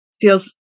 feels